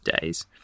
days